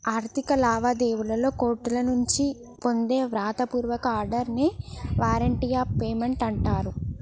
ఆర్థిక లావాదేవీలలో కోర్టుల నుంచి పొందే వ్రాత పూర్వక ఆర్డర్ నే వారెంట్ ఆఫ్ పేమెంట్ అంటరు